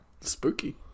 spooky